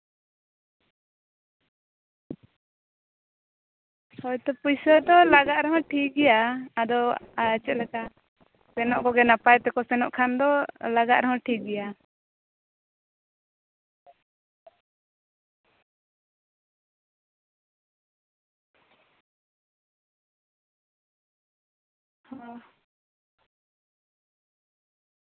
ᱦᱳᱭᱛᱚ ᱯᱩᱭᱥᱟᱹ ᱫᱚ ᱞᱟᱜᱟᱜ ᱨᱮᱦᱚᱸ ᱴᱷᱤᱠᱜᱮᱭᱟ ᱟᱫᱚ ᱟᱨ ᱪᱮᱫᱞᱮᱠᱟ ᱥᱮᱱᱚᱜ ᱠᱚᱜᱮ ᱱᱟᱯᱟᱭ ᱛᱮᱠᱚ ᱥᱮᱱᱚᱜ ᱠᱷᱟᱱ ᱫᱚ ᱞᱟᱜᱟᱜ ᱨᱮᱦᱚᱸ ᱴᱷᱤᱠᱜᱮᱭᱟ ᱦᱚᱸ